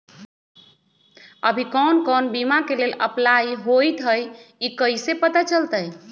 अभी कौन कौन बीमा के लेल अपलाइ होईत हई ई कईसे पता चलतई?